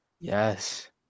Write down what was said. Yes